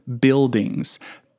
buildings